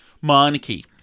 monarchy